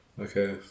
Okay